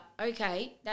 okay